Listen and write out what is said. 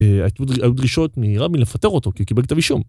היו דרישות מרבין לפטר אותו, כי הוא קיבל כתב אישום.